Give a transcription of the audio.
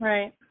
Right